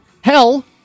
hell